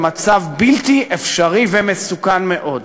למצב בלתי אפשרי ומסוכן מאוד.